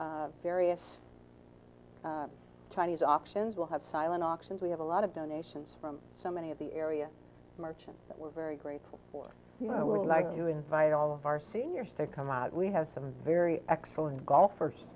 have various chinese options will have silent auctions we have a lot of donations from so many of the area merchants that we're very grateful for to invite all of our seniors to come out we have some very excellent golfers